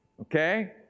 okay